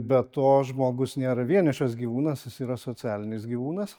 be to žmogus nėra vienišas gyvūnas jis yra socialinis gyvūnas